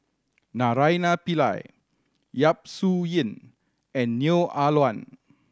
Naraina Pillai Yap Su Yin and Neo Ah Luan